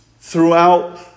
throughout